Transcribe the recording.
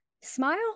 Smile